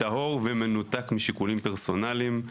טהור ומנותק משיקולים פרסונליים.